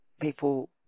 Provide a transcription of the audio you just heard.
people